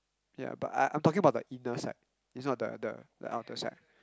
ya but I I'm talking about the inner side it's not the the the outer side